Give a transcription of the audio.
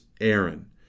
Aaron